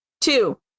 two